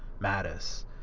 Mattis